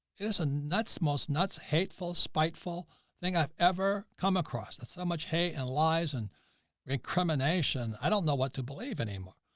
it is a nuts, most nuts, hateful, spiteful thing i've ever come across. that's how much hate and lies and incrimination. i don't know what to believe anymore,